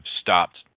stopped